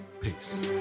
Peace